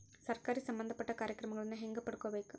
ಸರಕಾರಿ ಸಂಬಂಧಪಟ್ಟ ಕಾರ್ಯಕ್ರಮಗಳನ್ನು ಹೆಂಗ ಪಡ್ಕೊಬೇಕು?